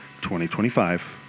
2025